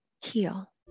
heal